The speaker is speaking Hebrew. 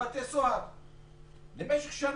בבתי סוהר, למשך שנה.